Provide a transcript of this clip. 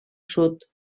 sud